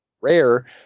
Rare